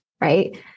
Right